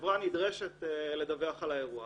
החברה נדרשת לדווח על האירוע.